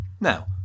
Now